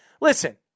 Listen